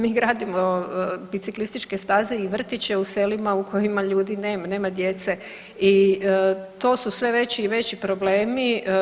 Mi gradimo biciklističke staze i vrtiće u selima u kojima ljudi nema, nema djece i to su sve veći i veći problemi.